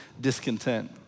discontent